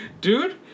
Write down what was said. dude